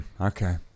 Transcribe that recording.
Okay